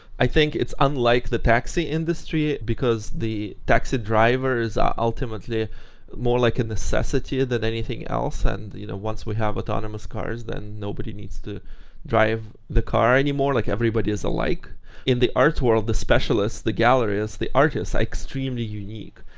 i think it's unlike the taxi industry because the taxi drivers are ultimately more like a necessity than anything else, and you know once we have autonomous cars then nobody needs to drive the car anymore, like everybody is alike in the arts world, the specialists, the galleries, the artists are extremely unique.